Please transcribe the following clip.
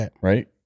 right